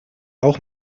auch